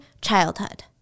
childhood